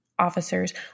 Officers